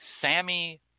Sammy